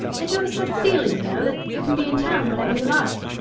and you have a sort of feeling, you know, that you can be in town whenever you like